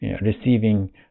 receiving